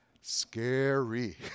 Scary